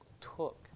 took